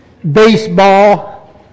Baseball